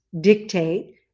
dictate